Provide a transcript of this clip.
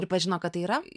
pripažino kad tai yra